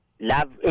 love